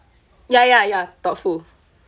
ya ya ya thoughtful